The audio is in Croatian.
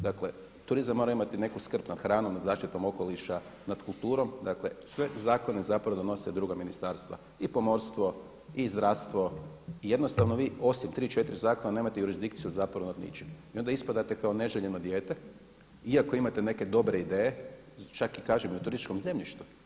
Dakle, turizam mora imati neku skrb nad hranom, zaštitom okoliša, nad kulturom, dakle sve zakone zapravo donose druga ministarstva, i pomorstvo, i zdravstvo, i jednostavno vi osim tri, četiri zakona nemate jurisdikciju zapravo nad ničim i onda ispadate kao neželjeno dijete iako imate neke dobre ideje čak i kažem i u turističkom zemljištu.